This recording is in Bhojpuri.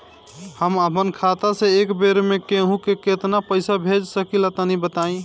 हम आपन खाता से एक बेर मे केंहू के केतना पईसा भेज सकिला तनि बताईं?